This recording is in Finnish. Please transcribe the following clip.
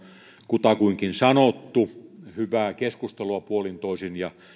kutakuinkin sanottu hyvää keskustelua puolin toisin ja